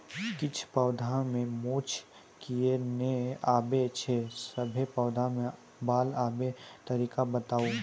किछ पौधा मे मूँछ किये नै आबै छै, सभे पौधा मे बाल आबे तरीका बताऊ?